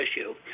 issue